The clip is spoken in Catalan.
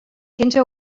quinze